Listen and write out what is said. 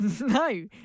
No